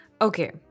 Okay